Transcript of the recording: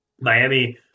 Miami